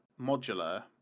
modular